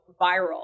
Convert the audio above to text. viral